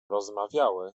rozmawiały